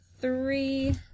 three